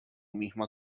misma